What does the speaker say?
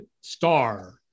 star